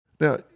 Now